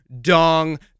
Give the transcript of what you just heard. dong